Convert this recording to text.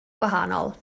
gwahanol